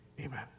Amen